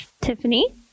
Tiffany